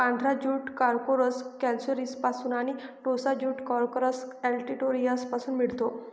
पांढरा jute corchorus कॅप्सुलरिसपासून आणि टोसा ज्यूट कॉर्कोरस ऑलिटोरियसपासून मिळतो